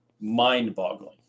mind-boggling